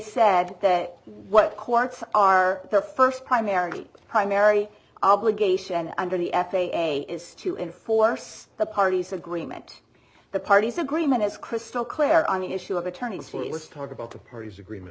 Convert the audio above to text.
said that what courts are the first primary primary obligation under the f a a is to enforce the parties agreement the parties agreement is crystal clear on the issue of attorneys from let's talk about the parties agreement